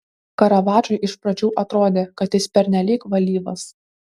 karavadžui iš pradžių atrodė kad jis pernelyg valyvas